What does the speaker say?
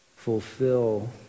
fulfill